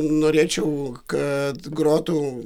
norėčiau kad grotų